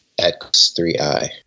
X3i